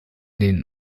den